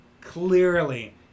clearly